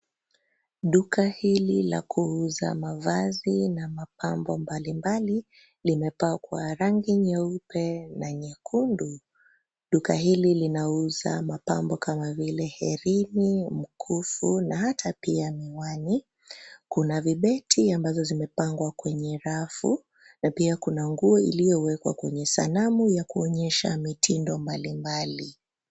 Duka hili la kuuza mavazi na mapambo mbalimbali limepakwa rangi nyeupe na nyekundu. Duka hili linauza mapambo kama vile herini, mkufu na hata pia miwani. Kuna vibeti ambazo zimepangwa kwenye rafu na pia kuna nguo iliyowekwa kwenye sanamu ya kuonyesha mitindo mbalimbali.